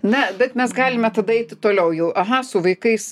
na bet mes galime tada eiti toliau jau aha su vaikais